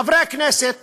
חברי הכנסת